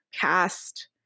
cast